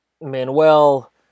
Manuel